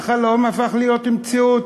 היה חלום הפך להיות מציאות,